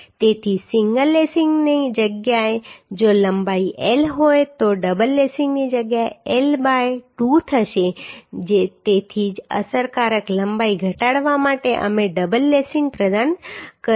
તેથી સિંગલ લેસિંગની જગ્યાએ જો લંબાઈ L હોય તો ડબલ લેસિંગની જગ્યાએ L બાય 2 થશે તેથી જ અસરકારક લંબાઈ ઘટાડવા માટે અમે ડબલ લેસિંગ પ્રદાન કરીએ છીએ